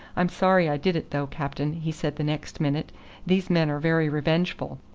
i'm sorry i did it though, captain, he said the next minute these men are very revengeful.